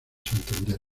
santander